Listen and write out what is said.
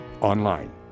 online